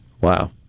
Wow